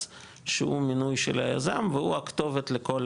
יש מנהל מקבץ שהוא מינוי של היזם והוא הכתובת לכל